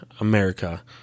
America